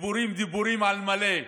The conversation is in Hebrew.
דיבורים דיבורים על מלא.